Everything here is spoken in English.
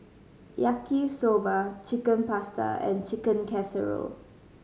Yaki Soba Chicken Pasta and Chicken Casserole